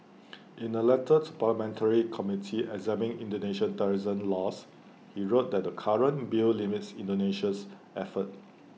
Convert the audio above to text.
in A letter to parliamentary committee examining Indonesia's terrorism laws he wrote that the current bill limits Indonesia's efforts